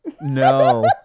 No